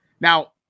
Now